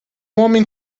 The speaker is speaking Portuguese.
homem